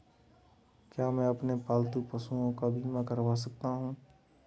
क्या मैं अपने पालतू पशुओं का बीमा करवा सकता हूं?